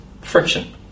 friction